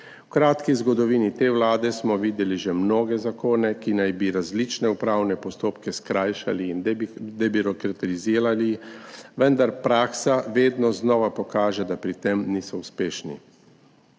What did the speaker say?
V kratki zgodovini te vlade smo videli že mnoge zakone, ki naj bi različne upravne postopke skrajšali in debirokratizirali, vendar praksa vedno znova pokaže, da pri tem niso uspešni.